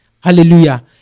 Hallelujah